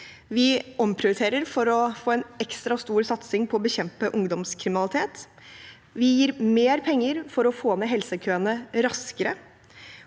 stor satsing på å bekjempe ungdomskriminalitet. Vi gir mer penger for å få ned helsekøene raskere.